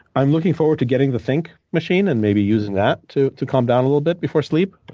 i'm looking forward to getting the thync machine and maybe using that to to calm down a little bit before sleep.